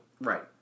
right